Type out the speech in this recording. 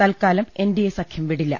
തൽക്കാലം എൻഡിഎ സഖ്യം വിടില്ല